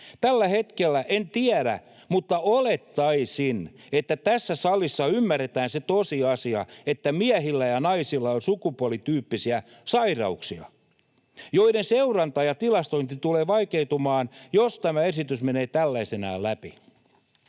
Tällä hetkellä — en tiedä, mutta olettaisin — tässä salissa ymmärretään se tosiasia, että miehillä ja naisilla on sukupuolityyppisiä sairauksia, joiden seuranta ja tilastointi tulee vaikeutumaan, jos tämä esitys menee tällaisenaan läpi.